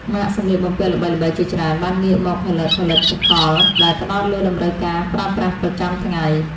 ម៉ាកសម្លៀកបំពាក់ល្បីៗជាច្រើនបានងាកមកផលិតផលិតផលដែលផ្តោតលើតម្រូវការប្រើប្រាស់ប្រចាំថ្ងៃ។